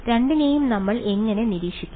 രണ്ടിനെയും നമ്മൾ എങ്ങനെ നിരീക്ഷിക്കും